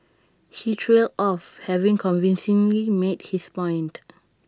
he trailed off having convincingly made his point